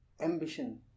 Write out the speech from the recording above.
ambition